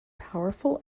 powerful